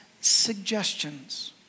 suggestions